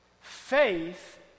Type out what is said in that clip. Faith